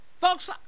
folks